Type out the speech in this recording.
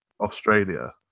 Australia